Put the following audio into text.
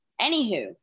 Anywho